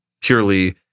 purely